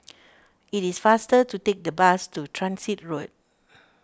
it is faster to take the bus to Transit Road